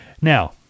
Now